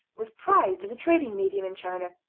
was prized as a trading medium in china,